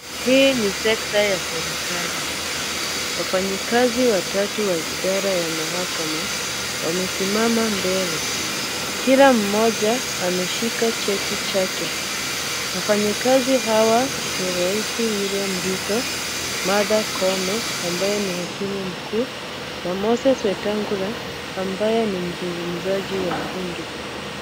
Hii ni sekta ya serikali, wafanyikazi watatu wa idara ya mahakama wamesimama mbele, kila mmoja ameshika cheti chake. Wafanyikazi hawa ni rais Wiliam Ruto, Martha Koome ambaye ni hakimu mkuu na Moses Wetangula ambaye ni mzungumzaji wa mbunge.